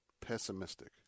pessimistic